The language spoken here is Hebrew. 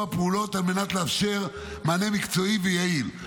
פעולות על מנת לאפשר מענה מקצועי ויעיל,